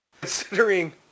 Considering